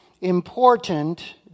important